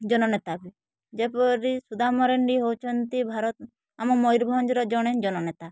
ଜନନେତା ବି ଯେପରି ସୁଦାମ ମାରଣ୍ଡି ହେଉଛନ୍ତି ଭାରତ ଆମ ମୟୂରଭଞ୍ଜର ଜଣେ ଜନନେତା